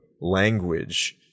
language